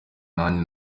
nanjye